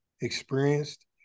experienced